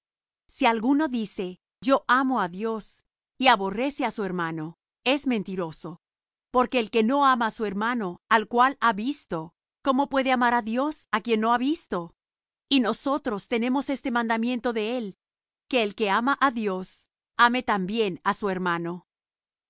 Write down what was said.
si alguno dice yo amo á dios y aborrece á su hermano es mentiroso porque el que no ama á su hermano al cual ha visto cómo puede amar á dios á quien no ha visto y nosotros tenemos este mandamiento de él que el que ama á dios ame también á su hermano